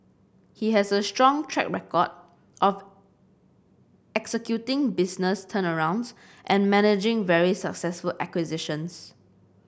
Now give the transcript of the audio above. he has a strong track record of executing business turnarounds and managing very successful acquisitions